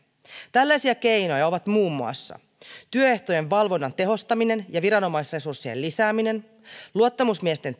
tällaisia keinoja ovat muun muassa työehtojen valvonnan tehostaminen ja viranomaisresurssien lisääminen luottamusmiesten